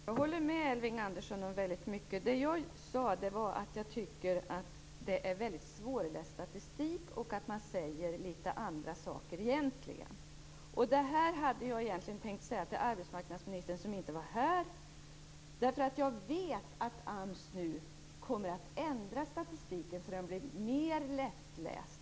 Herr talman! Jag håller med Elving Andersson om väldigt mycket. Det jag sade var att statistiken är svårläst och att man egentligen säger litet andra saker. Det hade jag egentligen tänkt säga till arbetsmarknadsministern som inte är här. Jag vet nämligen att AMS nu kommer att ändra statistiken så att den blir mer lättläst.